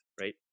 right